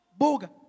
buga